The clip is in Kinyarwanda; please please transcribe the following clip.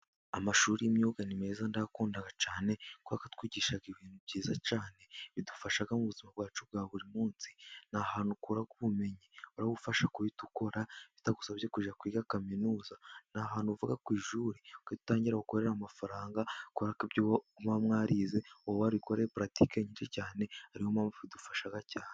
Amashuri y'imyuga ni meza ndayakunda cyane kuko atwigisha ibintu byiza cyane bidufasha mu buzima bwacu bwa buri munsi. Ni ahantu ukura ubumenyi bugufasha guhita ukona bitagusabye kujya kwiga kaminuza. Ni ahantu uva ku ishuri ugahita utangira gukorera amafaranga kuko ibyo muba mwarize uba warabikoreye puratike nyinshi cyane ariyo mpamvu idufasha cyane.